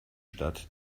stadt